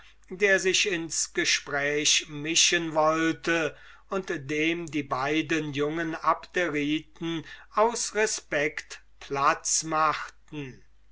der sich ins gespräch mischen wollte und dem die beiden jungen abderiten aus respect platz machten